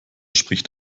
spricht